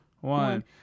one